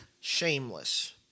Shameless